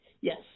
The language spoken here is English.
Yes